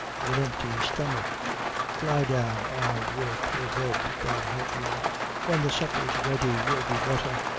of an empty stomach lie down on your poor bed, god help you, and when the supper's ready you'll be better.